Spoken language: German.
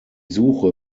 suche